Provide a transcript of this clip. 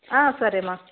సరేమా